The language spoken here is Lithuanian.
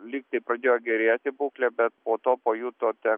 lyg tai pradėjo gerėti būklė bet po to pajutote